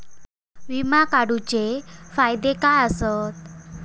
विमा काढूचे फायदे काय आसत?